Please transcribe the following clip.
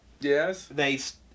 Yes